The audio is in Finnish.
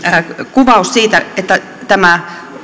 kuvaus siitä että tämä